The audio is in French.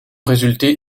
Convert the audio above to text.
résulter